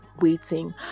waiting